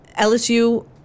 LSU